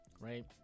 right